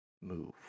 move